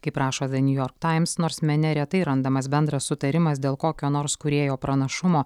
kaip rašo the new york times nors mene retai randamas bendras sutarimas dėl kokio nors kūrėjo pranašumo